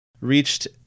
reached